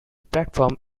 platform